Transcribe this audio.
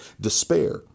despair